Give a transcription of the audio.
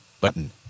Button